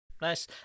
Nice